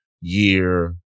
year